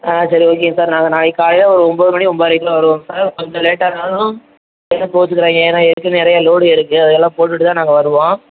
ஆ சரி ஒகேங்க சார் நாங்கள் நாளைக்கு காலையில் ஒரு ஒன்போது மணி ஒன்போதரைக்குள்ள வருவோங்க சார் கொஞ்சம் லேட் ஆனாலும் உடனே கோச்சுக்கிறாதீங்க ஏனால் ஏற்கனவே நிறைய லோடு இருக்குது அதெலாம் போட்டுவிட்டு தான் நாங்கள் வருவோம்